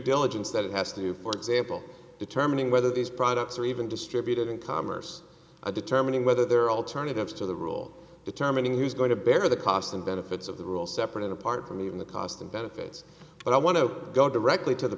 diligence that it has to do for example determining whether these products are even distributed in commerce or determining whether there are alternatives to the rule determining who's going to bear the cost and benefits of the rules separate and apart from even the cost and benefits but i want to go directly to the